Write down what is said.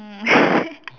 um